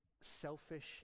selfish